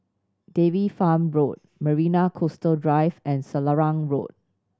Dairy Farm Road Marina Coastal Drive and Selarang Road